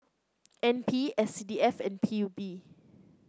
N P S C D F and P U B